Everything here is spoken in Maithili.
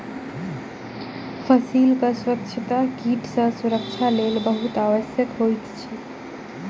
फसीलक स्वच्छता कीट सॅ सुरक्षाक लेल बहुत आवश्यक होइत अछि